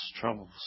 troubles